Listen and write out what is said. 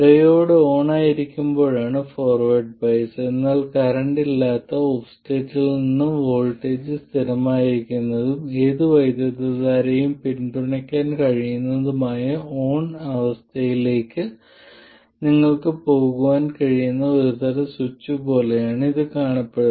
diode ഓണായിരിക്കുമ്പോഴാണ് forward bias എന്നാൽ current ഇല്ലാത്ത ഓഫ് സ്റ്റേറ്റിൽ നിന്ന് വോൾട്ടേജ് സ്ഥിരമായിരിക്കുന്നതും ഏത് വൈദ്യുതധാരയെയും പിന്തുണയ്ക്കാൻ കഴിയുന്നതുമായ ഓൺ അവസ്ഥയിലേക്ക് നിങ്ങൾക്ക് പോകാൻ കഴിയുന്ന ഒരു തരം സ്വിച്ച് പോലെയാണ് ഇത് കാണപ്പെടുന്നത്